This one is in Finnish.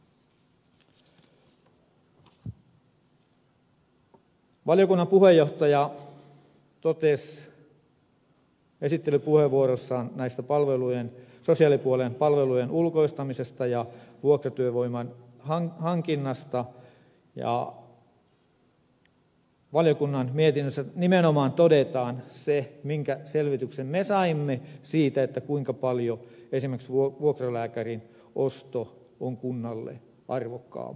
valiokunnan puheenjohtaja totesi esittelypuheenvuorossaan näistä sosiaalipuolen palvelujen ulkoistamisesta ja vuokratyövoiman hankinnasta ja valiokunnan mietinnössä nimenomaan todetaan se minkä selvityksen me saimme siitä kuinka paljon esimerkiksi vuokralääkärin osto on kunnalle arvokkaampaa